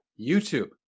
YouTube